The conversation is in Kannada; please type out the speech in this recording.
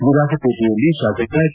ವಿರಾಜಪೇಟೆಯಲ್ಲಿ ಶಾಸಕ ಕೆ